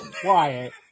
quiet